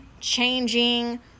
changing